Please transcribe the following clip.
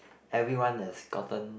everyone is gotten